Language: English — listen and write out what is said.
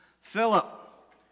Philip